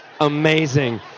amazing